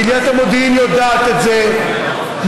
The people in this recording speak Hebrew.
קהילת המודיעין יודעת את זה,